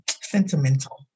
sentimental